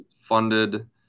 funded